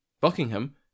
Buckingham